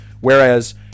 whereas